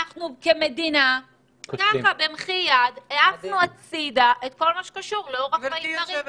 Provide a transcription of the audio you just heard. כמדינה במחי יד העפנו הצידה את כל מה שקשור לאורח חיים בריא,